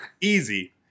Easy